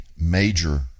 major